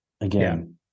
again